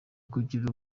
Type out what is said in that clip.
kugira